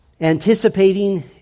Anticipating